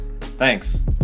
Thanks